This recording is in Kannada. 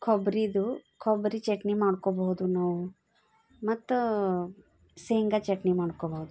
ಕೊಬ್ರಿದು ಕೊಬ್ರಿ ಚಟ್ನಿ ಮಾಡ್ಕೊಳ್ಬೋದು ನೀವು ಮತ್ತು ಶೇಂಗಾ ಚಟ್ನಿ ಮಾಡ್ಕೊಳ್ಬೋದು